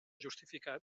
justificat